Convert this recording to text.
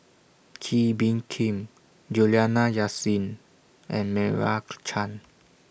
Kee Bee Khim Juliana Yasin and Meira Chand